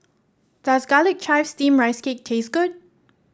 does Garlic Chives Steamed Rice Cake taste good